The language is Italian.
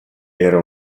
era